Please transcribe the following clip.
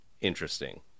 interesting